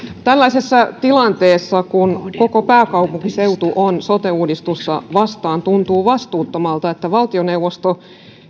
tällaisessa tilanteessa kun koko pääkaupunkiseutu on sote uudistusta vastaan tuntuu vastuuttomalta että valtioneuvosto